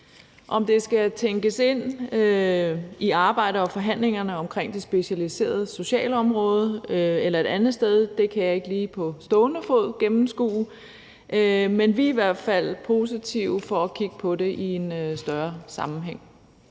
Om det skal tænkes ind i arbejdet og forhandlingerne omkring det specialiserede socialområde eller et andet sted, kan jeg ikke lige på stående fod gennemskue, men vi er i hvert fald positive over for at kigge på det i en større sammenhæng.